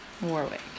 Warwick